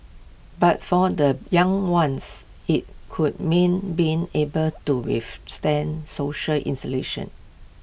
but for the young ones IT could mean being able to withstand social isolation